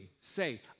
Say